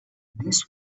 this